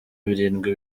birindwi